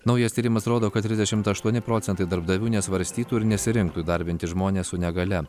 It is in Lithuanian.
naujas tyrimas rodo kad trisdešimt aštuoni procentai darbdavių nesvarstytų ir nesirinktų įdarbinti žmones su negalia